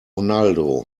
ronaldo